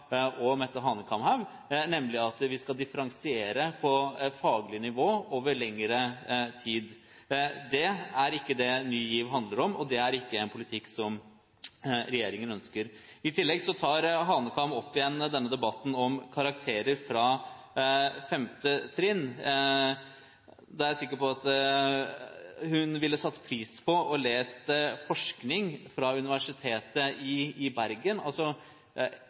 og Mette Hanekamhaug, nemlig at vi skal differensiere på faglig nivå over lengre tid. Det er ikke det Ny GIV handler om, og det er ikke en politikk regjeringen ønsker. I tillegg tar Hanekamhaug opp igjen debatten om karakterer fra 5. klassetrinn. Da er jeg sikker på at hun ville satt pris på å lese forskning fra Universitetet i Bergen.